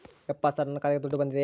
ಯಪ್ಪ ಸರ್ ನನ್ನ ಖಾತೆಗೆ ದುಡ್ಡು ಬಂದಿದೆಯ?